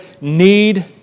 need